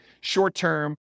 short-term